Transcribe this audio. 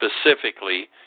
specifically